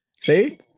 See